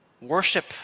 Worship